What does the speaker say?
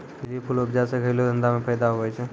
lily फूल उपजा से घरेलू धंधा मे फैदा हुवै छै